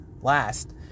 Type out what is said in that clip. last